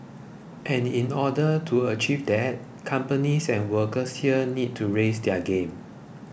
and in order to achieve that companies and workers here need to raise their game